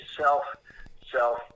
self-self